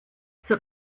zur